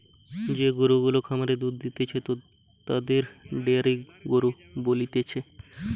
যে গরু গুলা খামারে দুধ দিতেছে তাদের ডেয়ারি গরু বলতিছে